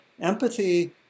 empathy